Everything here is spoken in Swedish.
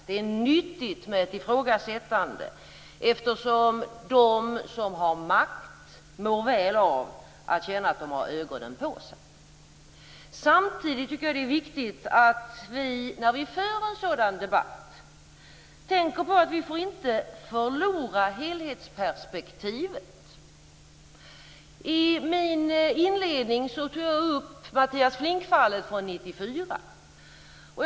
Det är nyttigt med ett ifrågasättande, eftersom de som har makt mår väl av att känna att de har ögonen på sig. Samtidigt tycker jag att det är viktigt att vi när vi för en sådan debatt inte får förlora helhetsperspektivet. I min inledning tog jag upp Mattias Flink-fallet från 1994.